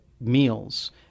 meals